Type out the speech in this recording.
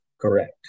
Correct